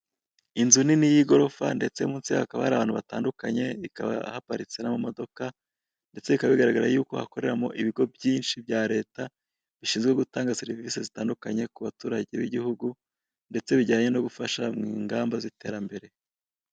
Inzu nini y'igorofa ndetse munsi hakaba hari abantu batandukanye ikaba haparitse n'amamodoka, ndetse bikaba bigaragara yuko hakoreramo ibigo byinshi bya leta, bishinzwe gutanga serivise zitandukanye ku baturage b'igihugu, ndetse bijyanye no gufasha mu ngamba z'iterambere.